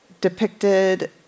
depicted